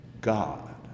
God